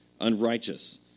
unrighteous